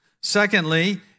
Secondly